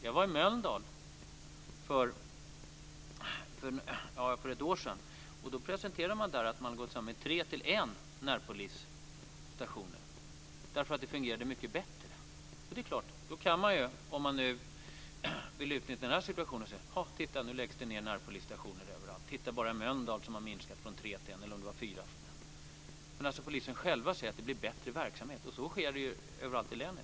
Jag var i Mölndal för ett år sedan. Då presenterade man att tre närpolisstationer hade gått samman till en därför att det fungerade mycket bättre. Om man vill utnyttja den här situationen kan man ju säga: Titta, nu läggs det ned närpolisstationer överallt. Titta bara i Mölndal där det har minskat från tre till en. Men polisen själva säger att det blir bättre verksamhet. Det sker ju överallt i landet.